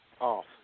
off